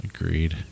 agreed